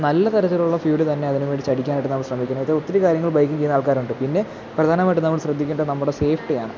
നല്ല തരത്തിലുള്ള ഫ്യുവല് തന്നെ അതിന് മേടിച്ച് അടിക്കാനായിട്ട് നമ്മള് ശ്രമിക്കണം അതൊത്തിരി കാര്യങ്ങൾ ബൈക്കില് ചെയ്യുന്ന ആൾക്കാരുണ്ട് പിന്നെ പ്രധാനമായിട്ടും നമ്മള് ശ്രദ്ധിക്കേണ്ടത് നമ്മടെ സേഫ്റ്റിയാണ്